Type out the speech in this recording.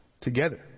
together